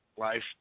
Life